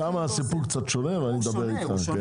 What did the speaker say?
שם הסיפור קצת שונה ואני אדבר איתך.